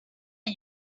are